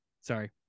sorry